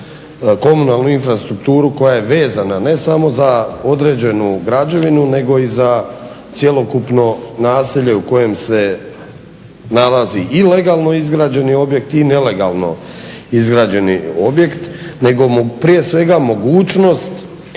komunalnu infrastrukturu koja je vezana ne smo za određenu građevinu nego i za cjelokupno naselje u kojem se nalazi i legalno izgrađeni objekt i nelegalno izgrađeni objekt nego prije svega mogućnost